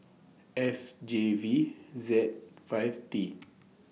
F J V Z five T